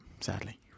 sadly